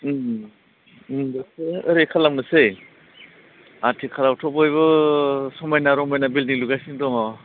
उम उम बेखौ ओरै खालामनोसै आथिखालावथ' बयबो समायना रमायना बिल्डिं लुगासिनो दङ